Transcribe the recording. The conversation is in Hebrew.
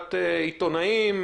מסיבת עיתונאים,